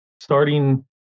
starting